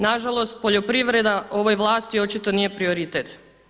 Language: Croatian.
Na žalost, poljoprivreda ovoj vlasti očito nije prioritet.